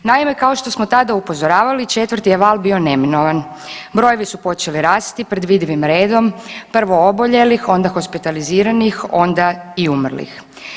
Naime, kao što smo tada upozoravali 4. je val bio neminovan, brojevi su počeli rasti predvidivim redom prvo oboljelih, onda hospitaliziranih, onda i umrlih.